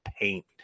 paint